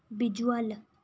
visual